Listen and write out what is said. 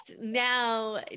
now